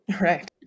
Right